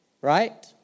Right